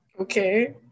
Okay